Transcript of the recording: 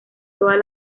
todas